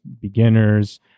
beginners